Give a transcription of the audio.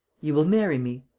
you will marry me?